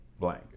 blank